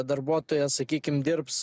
darbuotojas sakykim dirbs